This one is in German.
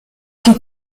die